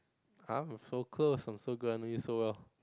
I'm so close I'm so glad I know you so well